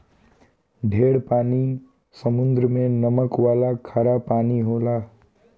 ढेर पानी समुद्र मे नमक वाला खारा पानी होला